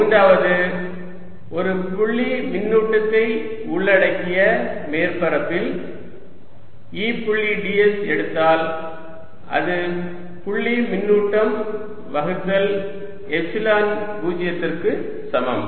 மூன்றாவது ஒரு புள்ளி மின்னூட்டத்தை உள்ளடக்கிய மேற்பரப்பில் E புள்ளி ds எடுத்தால் அது புள்ளி மின்னூட்டம் வகுத்தல் எப்சிலன் 0 க்கு சமம்